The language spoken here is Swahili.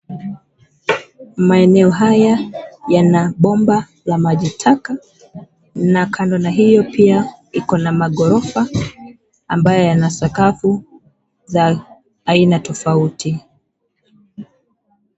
Maeneo haya yana bomba la maji taka na kando na hiyo pia iko na maghorofa ambayo yana masakafu za aina tofauti.